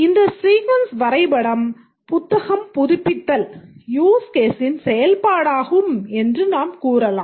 இந்த சீக்வென்ஸ் வரைபடம் புத்தகம் புதுப்பித்தல் யூஸ் கேஸின் செயல்பாடாகும் என்றும் நாம் கூறலாம்